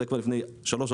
זה היה לפני 3,